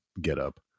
getup